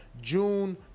June